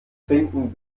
trinken